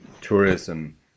tourism